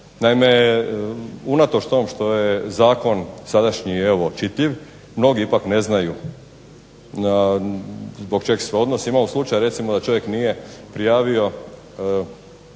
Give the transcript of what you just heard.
Naime, unatoč tom što je zakon sadašnji evo čitljiv mnogi ipak ne znaju zbog čeg se odnosi. Imamo slučaj recimo da čovjek nije prijavio